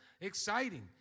exciting